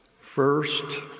First